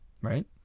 Right